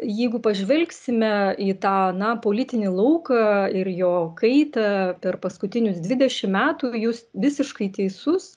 jeigu pažvelgsime į tą na politinį lauką ir jo kaitą per paskutinius dvidešim metų jūs visiškai teisus